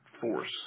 force